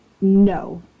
no